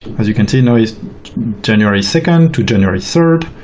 as you can see now it's january second to january third,